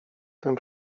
tym